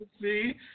see